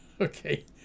Okay